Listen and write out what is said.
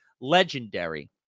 legendary